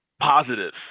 positive